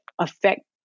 affect